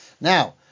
Now